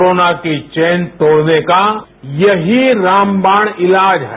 corona की chain तोड़ने का यही रामबाण इलाज है